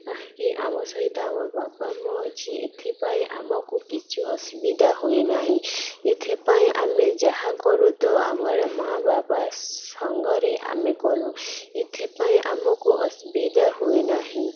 କାହିଁକି ଆମ ସହିତ ଆମର ବାପା ମ ଅଛି ଏଥିପାଇଁ ଆମକୁ କିଛି ଅସୁବିଧା ହୁଏ ନାହିଁ ଏଥିପାଇଁ ଆମେ ଯାହା କରୁ ତ ଆମର ମା' ବାପା ସାଙ୍ଗରେ ଆମେ କରୁ ଏଥିପାଇଁ ଆମକୁ ଅସୁବିଧା ହୁଏ ନାହିଁ